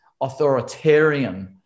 authoritarian